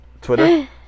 Twitter